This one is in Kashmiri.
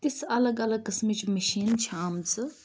یِژھ اَلَگ اَلگ قٕسمٕچ مِشین چھِ آمژٕ